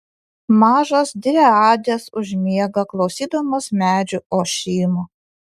mažos driadės užmiega klausydamos medžių ošimo